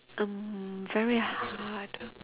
mm very hard